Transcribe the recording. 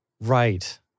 Right